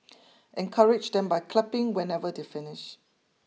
encourage them by clapping whenever they finish